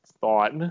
thought